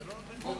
אדוני היושב-ראש,